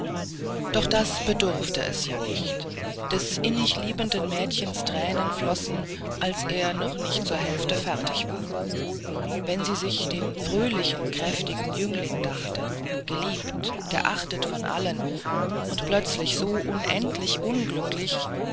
doch das bedurfte es ja nicht des innigliebenden mädchens tränen flossen als er noch nicht zur hälfte fertig war wenn sie sich den fröhlichen kräftigen jüngling dachte geliebt geachtet von allen und plötzlich so unendlich unglücklich ja